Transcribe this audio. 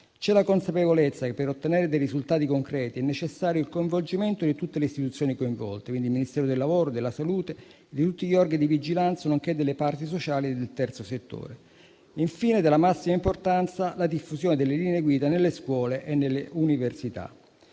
C'è la consapevolezza che per ottenere dei risultati concreti è necessario il coinvolgimento di tutte le istituzioni interessate, quindi il Ministero del lavoro, quello della salute e di tutti gli organi di vigilanza, nonché delle parti sociali e del terzo settore. Infine, è della massima importanza la diffusione delle linee guida nelle scuole e nelle università.